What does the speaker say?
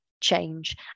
change